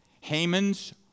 Haman's